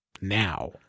now